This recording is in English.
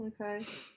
okay